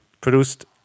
produced